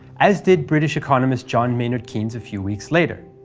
as did british economist john maynard keynes a few weeks later.